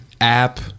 app